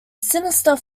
sinister